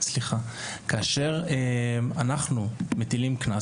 כאשר אנחנו מטילים קנס,